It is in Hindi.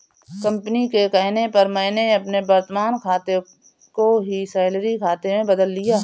कंपनी के कहने पर मैंने अपने वर्तमान खाते को ही सैलरी खाते में बदल लिया है